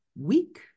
Week